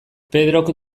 pedrok